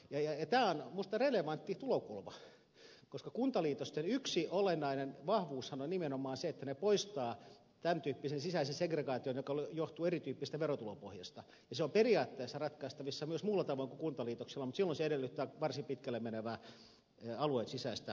tämä on minusta relevantti tulokulma koska kuntaliitosten yksi olennainen vahvuushan on nimenomaan se että ne poistavat tämän tyyppisen sisäisen segregaation joka johtuu erityyppisestä verotulopohjasta ja se on periaatteessa ratkaistavissa myös muulla tavoin kuin kuntaliitoksilla mutta silloin se edellyttää varsin pitkälle menevää alueen sisäistä verotulotasausta